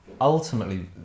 Ultimately